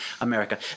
America